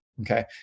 okay